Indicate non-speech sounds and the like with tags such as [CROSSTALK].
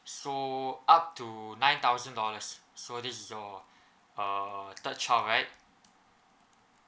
so up to nine thousand dollars so this is your [BREATH] uh third child right